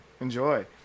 Enjoy